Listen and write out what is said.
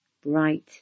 Bright